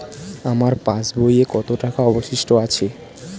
আমার পাশ বইয়ে কতো টাকা অবশিষ্ট আছে?